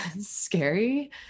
scary